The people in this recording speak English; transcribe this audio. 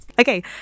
okay